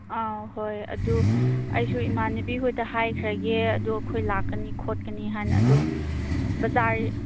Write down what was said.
ꯑꯥ ꯍꯣꯏ ꯑꯗꯨ ꯑꯩꯁꯨ ꯏꯃꯥꯟꯅꯕꯤ ꯍꯣꯏꯗ ꯍꯥꯏꯈ꯭ꯔꯒꯦ ꯑꯗꯨ ꯑꯩꯈꯣꯏ ꯂꯥꯛꯀꯅꯤ ꯈꯣꯠꯀꯅꯤ ꯍꯥꯏꯅ ꯑꯗꯨ ꯕꯖꯥꯔ